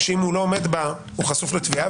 ואם הוא לא עומד בה הוא חשוף לתביעה.